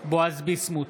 בועז ביסמוט,